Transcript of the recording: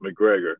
McGregor